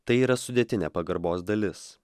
tai yra sudėtinė pagarbos dalis